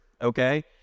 Okay